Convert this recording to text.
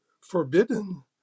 forbidden